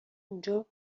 اونجا